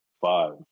five